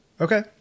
okay